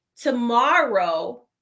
tomorrow